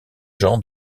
jean